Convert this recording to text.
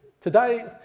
Today